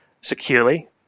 securely